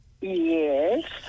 Yes